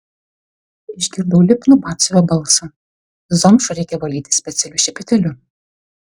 išgirdau lipnų batsiuvio balsą zomšą reikia valyti specialiu šepetėliu